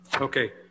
okay